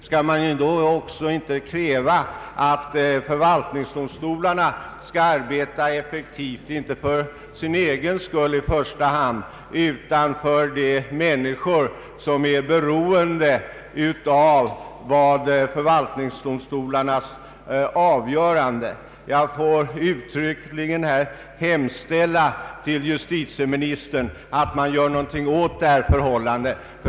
Skall man då inte också kräva att förvaltningsdomstolarna skall arbeta effektivt, inte i första hand för deras egen skull utan för de människor som är beroende av dessa domstolars avgöranden? Jag vill uttryckligen hemställa till justitieministern att han gör någonting åt detta förhållande.